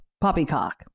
Poppycock